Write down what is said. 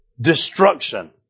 destruction